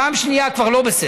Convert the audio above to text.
פעם שנייה, כבר לא בסדר.